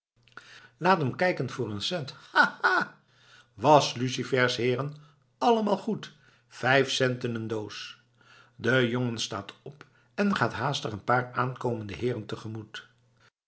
laat hem kijken voor een cent ha ha ha waslucifers heeren allemaal goed vijf centen n doos de jongen staat op en gaat haastig een paar aankomende heeren